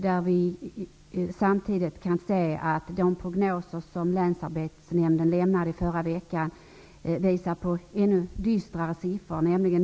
Där kan vi samtidigt se att de prognoser som länsarbetsnämnden lämnade förra veckan visar ännu dystrare siffror än tidigare.